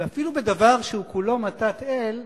ואפילו בדבר שהוא כולו מתת אל,